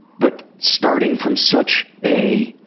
but starting from such a